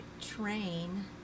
train